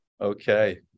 Okay